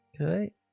Okay